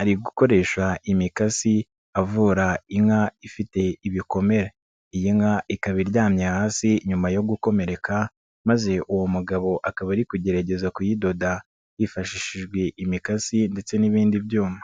ari gukoresha imikasi avura inka ifite ibikomere. Iyi nka ikaba iryamye hasi nyuma yo gukomereka maze uwo mugabo akaba ari kugerageza kuyidoda hifashishijwe imikasi ndetse n'ibindi byuma.